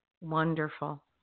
wonderful